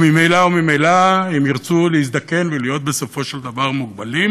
וממילא אם ירצו להזדקן ולהיות בסופו של דבר מוגבלים